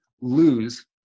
lose